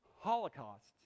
holocausts